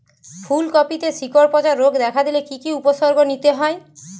ফুলকপিতে শিকড় পচা রোগ দেখা দিলে কি কি উপসর্গ নিতে হয়?